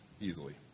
easily